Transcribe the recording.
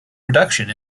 reduction